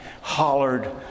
hollered